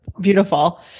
Beautiful